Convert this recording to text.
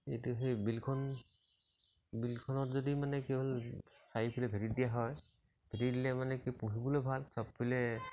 এইটো সেই বিলখন বিলখনত যদি মানে কি হ'ল চাৰিওফালে ভেটি দিয়া হয় ভেটি দিলে মানে কি পুহিবলৈ ভাল চবফালে